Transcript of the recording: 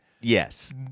Yes